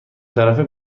طرفه